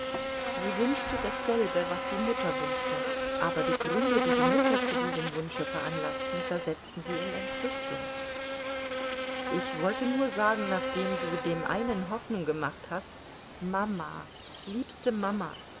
sie wünschte dasselbe was die mutter wünschte aber die gründe die die mutter zu diesem wunsche veranlaßten versetzten sie in entrüstung ich wollte nur sagen nachdem du dem einen hoffnung gemacht hast mama liebste mama